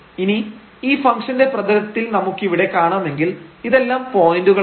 ഇനി ഈ ഫംഗ്ഷന്റെ പ്രതലത്തിൽ നമുക്കിവിടെ കാണാമെങ്കിൽ ഇതെല്ലാം പോയന്റുകളാണ്